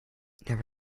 never